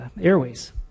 airways